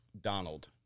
Donald